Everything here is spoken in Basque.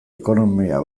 ekonomia